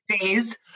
days